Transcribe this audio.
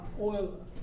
oil